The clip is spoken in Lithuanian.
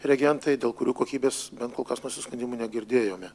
reagentai dėl kurių kokybės bent kol kas nusiskundimų negirdėjome